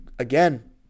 Again